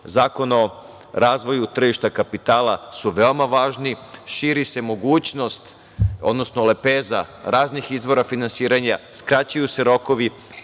Zakon o razvoju tržišta kapitala, su veoma važni, širi se mogućnost, odnosno lepeza raznih izvora finansiranja, skraćuju se rokovi,